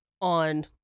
on